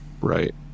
Right